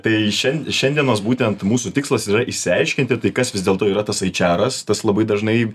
tai šian šiandienos būtent mūsų tikslas yra išsiaiškinti tai kas vis dėlto yra tas eičiaras tas labai dažnai